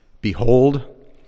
behold